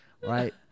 right